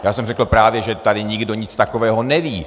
Já jsem řekl, právě že tady nikdo nic takového neví.